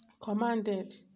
commanded